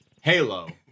Halo